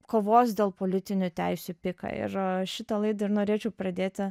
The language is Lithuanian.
kovos dėl politinių teisių piką ir šitą laidą ir norėčiau pradėti